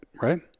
right